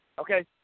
Okay